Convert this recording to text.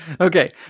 Okay